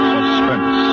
Suspense